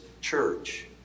church